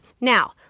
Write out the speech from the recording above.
Now